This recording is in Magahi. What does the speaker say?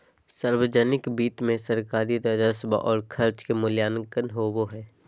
सावर्जनिक वित्त मे सरकारी राजस्व और खर्च के मूल्यांकन होवो हय